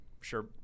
sure